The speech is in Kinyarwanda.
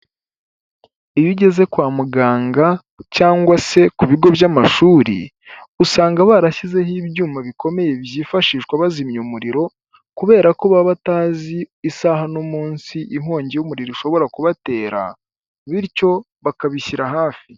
Iyo ugeze kwa muganga cyangwa se ku bigo by'amashuri, usanga barashyizeho ibyuma bikomeye byifashishwa bazimya umuriro kubera ko baba batazi isaha n'umunsi inkongi y'umuriro ishobora kubatera bityo bakabishyira hafi.